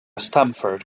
stamford